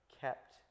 kept